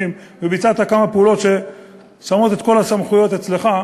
ועשית כמה פעולות ששמות את כל הסמכויות אצלך,